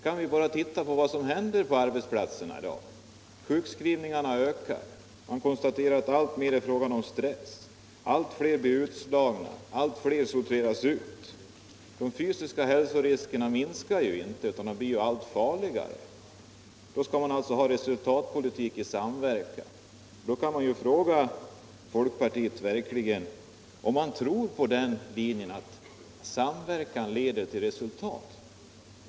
Men vi kan bara titta på vad som händer på arbetsplatserna i dag: Sjukskrivningarna ökar — och det är konstaterat att det alltmer beror på stress — allt fler blir utslagna, allt fler sorteras ut. De fysiska hälsoriskerna minskar inte, utan de blir allt större. — För att möta dessa problem vill alltså folkpartiet driva resultatpolitik i samverkan! Jag vill fråga: Tror folkpartiet verkligen att samverkan leder till resultat?